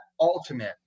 ultimate